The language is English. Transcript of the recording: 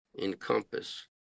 Encompass